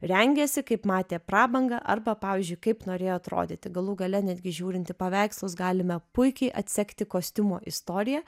rengiasi kaip matė prabangą arba pavyzdžiui kaip norėjo atrodyti galų gale netgi žiūrint į paveikslus galime puikiai atsekti kostiumo istoriją